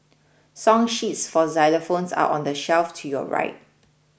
song sheets for xylophones are on the shelf to your right